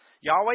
Yahweh